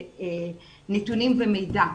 נתונים ומידע.